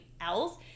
else